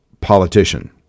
politician